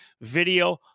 video